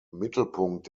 mittelpunkt